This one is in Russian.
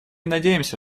надеемся